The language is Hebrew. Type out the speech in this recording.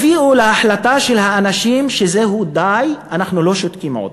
להחלטה של האנשים שזהו, די, אנחנו לא שותקים עוד.